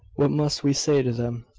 what must we say to them?